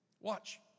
Watch